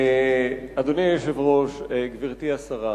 אדוני היושב-ראש, גברתי השרה,